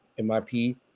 MIP